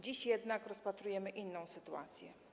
Dziś jednak rozpatrujemy inną sytuację.